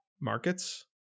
markets